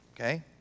Okay